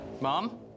Mom